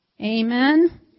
Amen